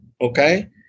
Okay